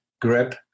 grip